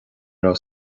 raibh